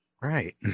Right